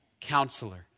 Counselor